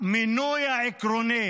המינוי העקרוני